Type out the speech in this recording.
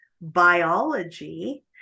biology